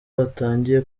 batangiye